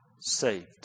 saved